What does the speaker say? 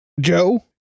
Joe